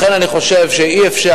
לכן אני חושב שאי-אפשר,